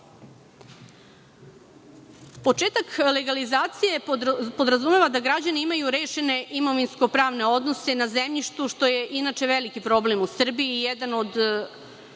objekta. Početak legalizacije podrazumeva da građani imaju rešene imovinsko-pravne odnose na zemljištu, što je inače veliki problem u Srbiji i jedan od